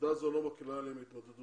ועובדה זו לא מקלה עליהם את ההתמודדות